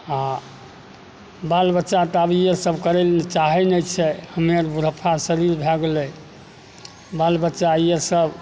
आ बाल बच्चा तऽ आब इहे सब करै लऽ चाहैत नहि छै हमे बुढ़ापा शरीर भए गेलै बाल बच्चा ये सब